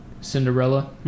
Cinderella